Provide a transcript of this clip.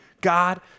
God